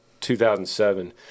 2007